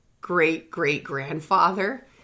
great-great-grandfather